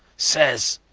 says.